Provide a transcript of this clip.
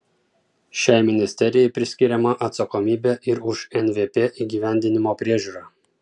šiai ministerijai priskiriama atsakomybė ir už nvp įgyvendinimo priežiūrą